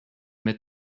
mit